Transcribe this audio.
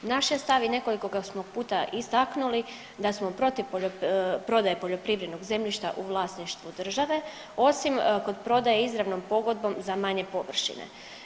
Naš je stav i nekoliko ga smo puta istaknuli da smo protiv prodaje poljoprivrednog zemljišta u vlasništvu države osim kod prodaje izravnom pogodbom za manje površine.